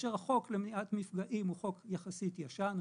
כאשר החוק למניעת מפגעים הוא חוק יחסית ישן,